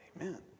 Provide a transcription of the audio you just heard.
Amen